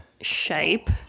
shape